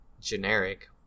generic